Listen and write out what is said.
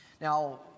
Now